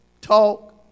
talk